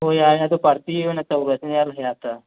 ꯍꯣ ꯌꯥꯏ ꯑꯗꯣ ꯄꯥꯔꯇꯤ ꯑꯣꯏꯅ ꯇꯧꯔꯁꯤꯅꯦ ꯑꯜ ꯍꯌꯥꯠꯇ